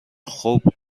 خوب